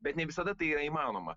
bet ne visada tai yra įmanoma